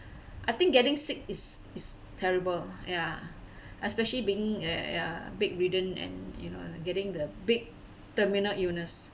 I think getting sick is is terrible ya especially being a ya bedridden and you know getting the big terminal illness